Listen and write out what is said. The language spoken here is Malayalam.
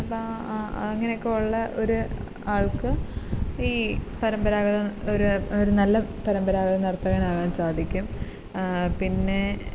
അപ്പം അങ്ങനെയൊക്കെയുള്ള ഒരു ആൾക്ക് ഈ പരമ്പരാഗത ഒരു ഒരു നല്ല പരമ്പരാഗത നർത്തകനാകാൻ സാധിക്കും പിന്നെ